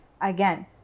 again